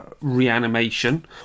reanimation